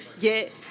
get